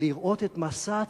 ולראות את מסע הציד,